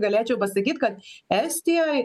galėčiau pasakyt kad estijoj